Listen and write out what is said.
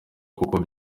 kuko